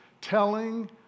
telling